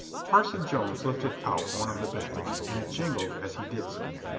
parson jones lifted out one of the bags, and it jingled as he did so.